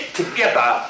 together